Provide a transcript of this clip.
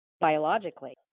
biologically